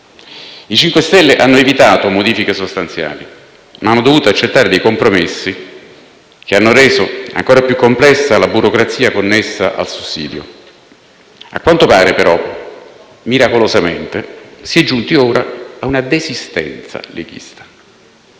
5 Stelle hanno evitato modifiche sostanziali, ma hanno dovuto accettare dei compromessi, che hanno reso ancora più complessa la burocrazia connessa al sussidio. A quanto pare però, miracolosamente, si è giunti ora ad una desistenza leghista